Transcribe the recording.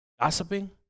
Gossiping